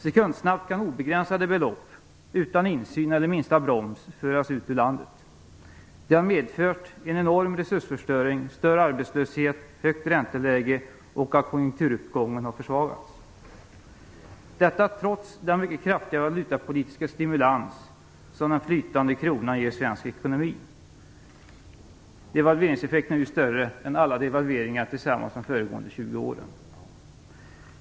Sekundsnabbt kan obegränsade belopp, utan insyn eller minsta broms, föras ut ur landet. Det har medfört en enorm resursförstöring, större arbetslöshet, högt ränteläge och att konjunkturuppgången har försvagats. Detta sker trots den mycket kraftiga valutapolitiska stimulans som den flytande kronan ger svensk ekonomi. Devalveringseffekten är ju större än alla devalveringar tillsammans under de 20 föregående åren!